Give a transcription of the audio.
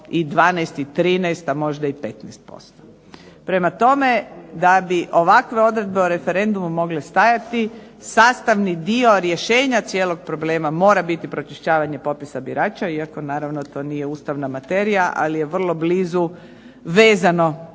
i 12 i 13, a možda i 15%. Prema tome, da bi ovakve odredbe o referendumu mogle stajati, sastavni dio rješenja cijelog problema mora biti pročišćavanje popisa birača, iako naravno to nije ustavna materija, ali je vrlo blizu vezano